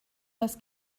das